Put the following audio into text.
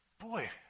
Boy